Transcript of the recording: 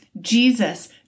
Jesus